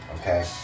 okay